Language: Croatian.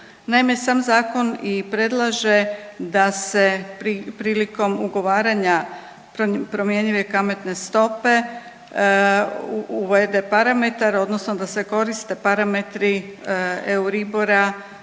Naime, sam zakon i predlaže da se prilikom ugovaranja promjenjive kamatne stope uvede parametar odnosno da se koriste parametri Euriobora,